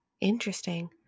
Interesting